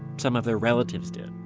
some of their relatives did